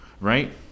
Right